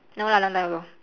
no lah no lah no